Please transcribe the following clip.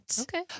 Okay